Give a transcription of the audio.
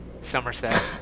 Somerset